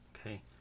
Okay